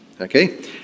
okay